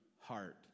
heart